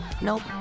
Nope